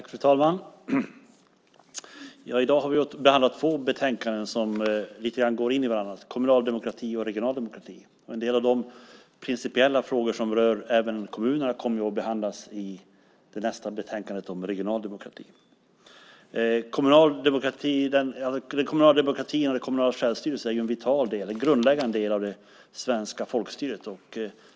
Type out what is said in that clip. Fru talman! I dag har vi att behandla två betänkanden som lite grann går in på varandras områden: kommunal demokrati och regional demokrati. En del av de principiella frågor som rör även kommunerna kommer att behandlas i nästa betänkande, om regional demokrati. Den kommunala demokratin och det kommunala självstyret är en vital och grundläggande del av det svenska folkstyret.